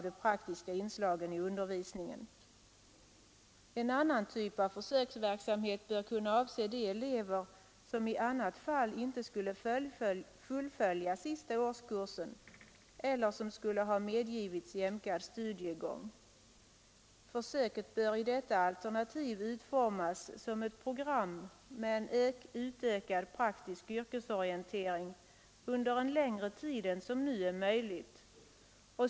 En annan typ av försöksverksamhet bör kunna avse de elever som i annat fall inte skulle fullfölja sista årskursen eller skulle ha medgivits jämkad studiegång. Försöket bör i detta alternativ utformas som ett program med en utökad praktisk yrkesorientering under längre tid än som nu är möjlig.